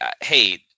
hey